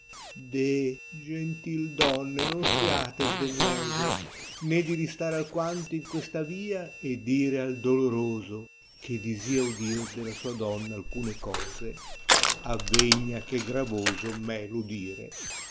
deb gentil donne non siate sdegnose né di ristare alquanto in questa via e dire al doloroso che disia udir della sua donna alcune cose avregna che gravoso me l udire